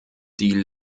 die